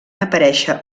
aparèixer